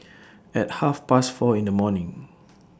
At Half Past four in The morning